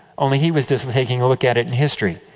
only, he was just taking a look at it in history,